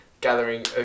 gathering